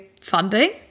funding